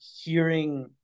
hearing